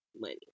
money